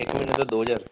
ਇਕ ਮਹੀਨੇ ਦਾ ਦੋ ਹਜਾਰ